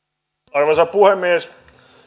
arvoisa puhemies